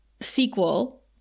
sequel